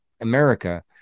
America